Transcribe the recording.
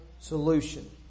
solution